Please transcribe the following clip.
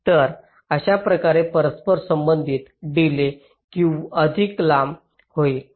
तर अशाप्रकारे परस्पर संबंधातील डिलेज अधिक लांब होईल